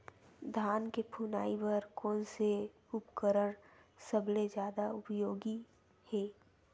धान के फुनाई बर कोन से उपकरण सबले जादा उपयोगी हे?